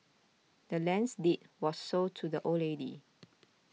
the land's deed was sold to the old lady